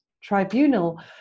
Tribunal